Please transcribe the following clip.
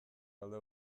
alde